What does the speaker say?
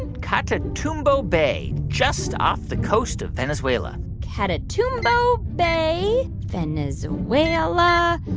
catatumbo bay, just off the coast of venezuela catatumbo bay, venezuela,